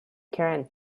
current